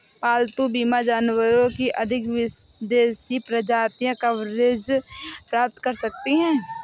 पालतू बीमा जानवरों की अधिक विदेशी प्रजातियां कवरेज प्राप्त कर सकती हैं